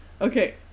Okay